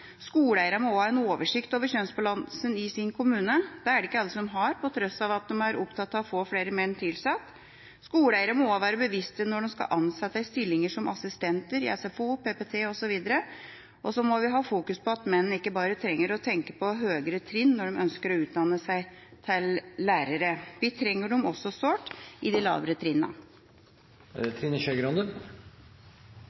må også ha en oversikt over kjønnsbalansen i sin kommune. Det er det ikke alle som har, på tross av at de er opptatt av å få flere menn tilsatt. Skoleeiere må også være bevisste når de skal ansette i stillinger som assistenter i SFO, i PPT osv. Vi må også ha fokus på at menn ikke bare trenger å tenke på de høyere trinnene når de ønsker å utdanne seg til lærere. Vi trenger dem også sårt i de lavere trinnene. Jeg syns det